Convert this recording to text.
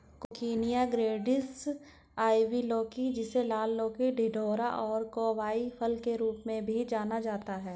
coccinia ग्रैंडिस, ivy लौकी, जिसे लाल लौकी, टिंडोरा और कोवाई फल के रूप में भी जाना जाता है